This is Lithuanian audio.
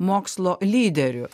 mokslo lyderiu